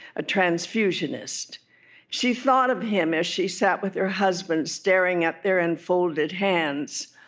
a transfusionist she thought of him as she sat with her husband, staring at their enfolded hands,